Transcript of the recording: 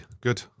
Good